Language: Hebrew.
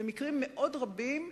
במקרים מאוד רבים,